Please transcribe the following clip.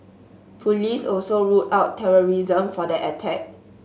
police also ruled out terrorism for that attack